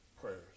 prayers